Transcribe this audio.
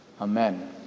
Amen